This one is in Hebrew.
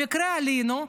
במקרה עלינו,